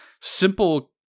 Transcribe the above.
simple